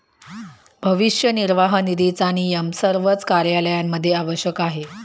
भविष्य निर्वाह निधीचा नियम सर्वच कार्यालयांमध्ये आवश्यक आहे